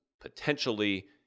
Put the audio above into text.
potentially